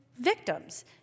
victims